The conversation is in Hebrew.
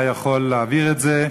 היה יכול להעביר את זה,